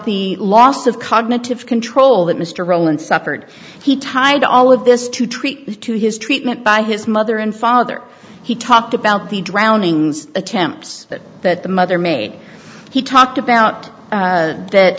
the loss of cognitive control that mr rowland suffered he tied all of this to treat to his treatment by his mother and father he talked about the drownings attempts that the mother made he talked about that